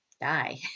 die